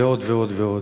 ועוד ועוד ועוד.